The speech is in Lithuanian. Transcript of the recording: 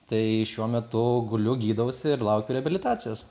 tai šiuo metu guliu gydausi ir laukiu reabilitacijos